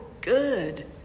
good